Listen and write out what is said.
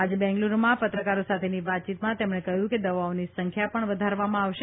આજે બેંગલુરૂમાં પત્રકારો સાથેની વાતચીતમાં તેમણે કહ્યું કે દવાઓની સંખ્યા પણ વધારવામાં આવશે